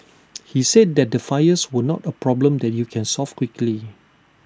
he said that the fires were not A problem that you can solve quickly